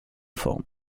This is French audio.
forme